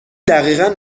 دقیقا